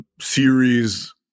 series